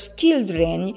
children